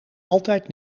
altijd